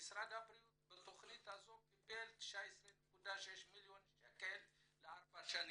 משרד הבריאות קיבל בתכנית הזאת 19.6 מיליון ₪ לארבע שנים.